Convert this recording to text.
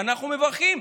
אנחנו מברכים,